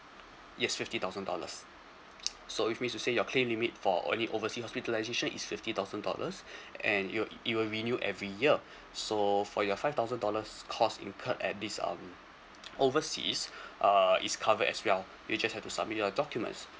yes fifty thousand dollars so it means to say your claim limit for only oversea hospitalisation is fifty thousand dollars and it'll~ it will renew every year so for your five thousand dollars cost incurred at this um overseas uh is covered as well you just have to submit your documents